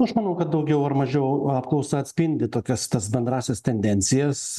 aš manau kad daugiau ar mažiau apklausa atspindi tokias tas bendrąsias tendencijas